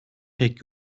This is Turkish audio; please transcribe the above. pek